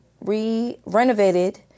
re-renovated